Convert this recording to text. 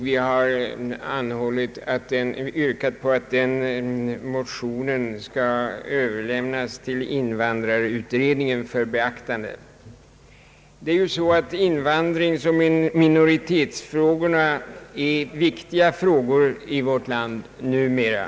Vi har yrkat att motionerna skall överlämnas till invandrarutredningen för beaktande. Invandringsoch minoritetsfrågorna är viktiga i vårt land numera.